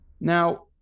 Now